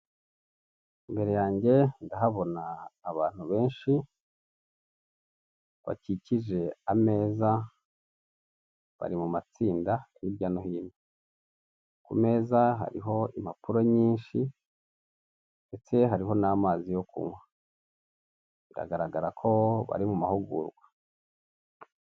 Mu cyumba cy'inama, harimo abantu b'ingeri zitandukanye. Aba bantu bicaye mu matsinda, hagati yabo hakaba harimo ameza. Kuri ayo meza hari amacupa y'amazi.